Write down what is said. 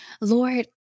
Lord